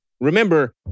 Remember